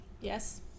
Yes